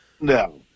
no